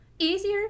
Easier